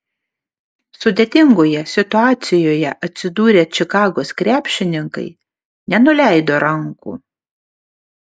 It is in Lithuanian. sudėtingoje situacijoje atsidūrę čikagos krepšininkai nenuleido rankų